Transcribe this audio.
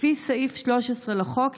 לפי סעיף 13 לחוק,